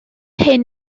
hyn